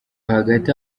hagati